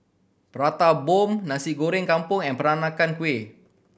Prata Bomb Nasi Goreng Kampung and Peranakan Kueh